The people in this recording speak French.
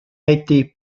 été